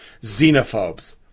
xenophobes